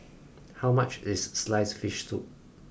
how much is sliced fish soup